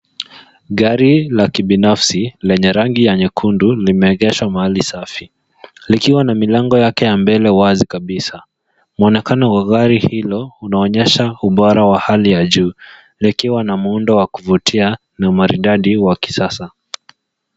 Gari la kibinafsi lenye rangi ya nyekundu limeegeshwa mahali safi. Likiwa na milango yake ya mbele wazi kabisa. Mwonekano wa gari hilo unaonyesha ubora wa hali ya juu likiwa na muundo wa kuvutia na umaridadi wa kisasa.